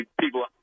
people